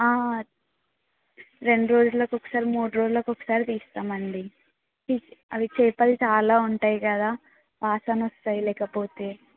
రెండు రోజులకి ఒకసారి మూడు రోజులకి ఒకసారి తీస్తామండి అవి చేపలు చాలా ఉంటాయి కదా వాసనొస్తాయి లేకపోతే